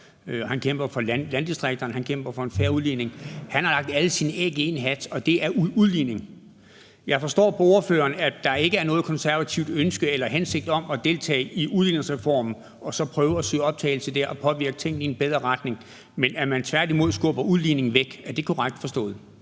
Bornholm og for landdistrikterne og for en fair udligning, har lagt alle sine æg i én hat, og det er udligning. Jeg forstår på ordføreren, at der ikke er noget konservativt ønske eller nogen konservativ hensigt om at deltage i udligningsreformen og så prøve at søge optagelse der og påvirke tingene i en bedre retning, men at man tværtimod skubber udligningen væk. Er det korrekt forstået?